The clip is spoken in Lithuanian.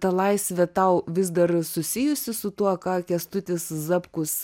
ta laisvė tau vis dar susijusi su tuo ką kęstutis zapkus